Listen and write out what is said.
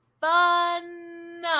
fun